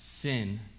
sin